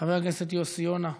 הכנסת יוסי יונה,